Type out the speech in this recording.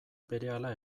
berehala